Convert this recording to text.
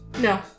No